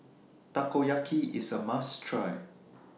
Takoyaki IS A must Try